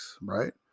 right